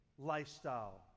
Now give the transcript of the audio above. lifestyle